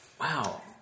Wow